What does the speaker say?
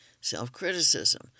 Self-Criticism